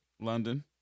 London